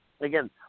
Again